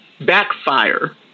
backfire